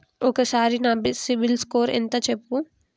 ఒక్కసారి నా సిబిల్ స్కోర్ ఎంత చెప్పు?